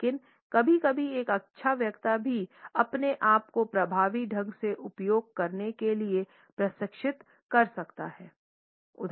लेकिन कभी कभी एक अच्छा वक्ता भी अपने आप को प्रभावी ढंग से उपयोग करने के लिए प्रशिक्षित कर सकता है